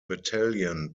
battalion